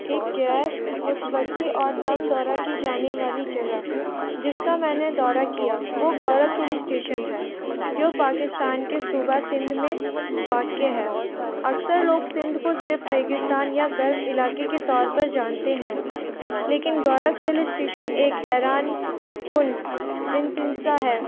ایک غیر متوقع اور دم دورہ کی جانے والی جگہ جس کا میں نے دورہ کیا وہ گورک ہل اسٹیشن ہے جو پاکستان کے صوبہ سندھ میں واقع ہے اکثر لوگ سندھ کو صرف ریگستان یا گرم علاقے کے طور پر جانتے ہیں لیکن گورک ہل اسٹیشن ایک حیران کن انتنسا ہے